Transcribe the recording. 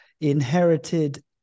inherited